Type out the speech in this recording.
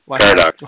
Paradox